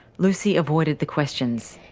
lucy avoided the questions.